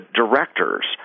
directors